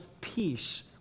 peace